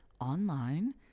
online